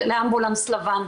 לאמבולנס לבן,